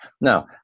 now